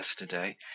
yesterday